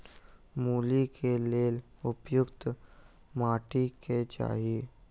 मूली केँ लेल उपयुक्त माटि केँ छैय?